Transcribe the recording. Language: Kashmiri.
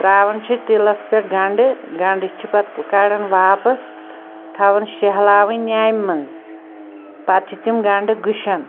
ترٛاوان چھِ تیٖلَس پٮ۪ٹھ گَنٛڈٕ گنٛڈٕ چھِ پَتہٕ کَڈان واپَس تھاوان شیٚہلاوٕنۍ نیٛامہِ مَنٛز پَتہٕ چھِ تِم گَنٛڈٕ گٕشان